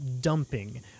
dumping